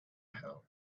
hill